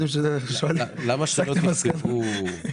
(ב)נישום כאמור בסעיף קטן (א)(1)